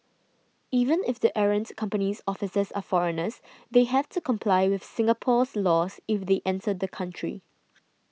even if the errant company's officers are foreigners they have to comply with Singapore's laws if they enter the country